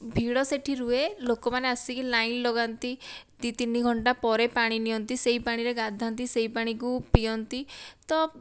ଭିଡ଼ ସେଠି ରୁହେ ଲୋକମାନେ ଆସିକି ଲାଇନ ଲଗାନ୍ତି ଦି ତିନି ଘଣ୍ଟା ପରେ ପାଣି ନିଅନ୍ତି ସେହି ପାଣିରେ ଗାଧାନ୍ତି ସେହି ପାଣିକୁ ପିଅନ୍ତି ତ